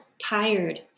tired